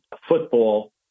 football